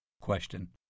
Question